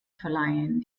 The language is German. verleihen